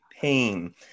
pain